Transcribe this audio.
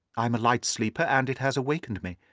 i am a light sleeper, and it has awakened me.